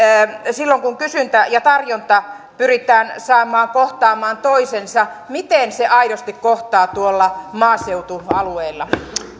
silloin kun kysyntä ja tarjonta pyritään saamaan kohtaamaan toisensa miten se aidosti kohtaa tuolla maaseutualueilla